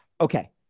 Okay